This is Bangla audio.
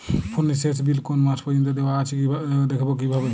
ফোনের শেষ বিল কোন মাস পর্যন্ত দেওয়া আছে দেখবো কিভাবে?